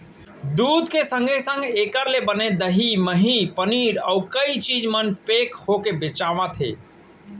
दूद के संगे संग एकर ले बने दही, मही, पनीर, अउ कई चीज मन पेक होके बेचावत हें